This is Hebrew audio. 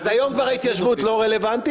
אז היום ההתיישבות כבר לא רלוונטית?